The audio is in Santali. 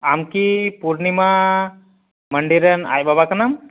ᱟᱢᱠᱤ ᱯᱩᱨᱱᱤᱢᱟ ᱢᱟᱱᱰᱤ ᱨᱮᱱ ᱟᱡ ᱵᱟᱵᱟ ᱠᱟᱱᱟᱢ